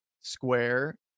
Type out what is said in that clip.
square